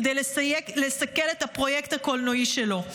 כדי לסכל את הפרויקט הקולנועי שלו.